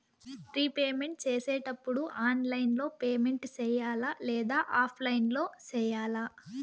repayment సేసేటప్పుడు online లో payment సేయాలా లేదా ఆఫ్లైన్ లో సేయాలా